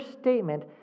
statement